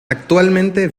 actualmente